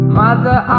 mother